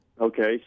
Okay